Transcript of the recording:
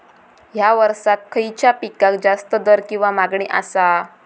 हया वर्सात खइच्या पिकाक जास्त दर किंवा मागणी आसा?